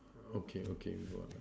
okay okay go out lah